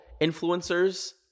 influencers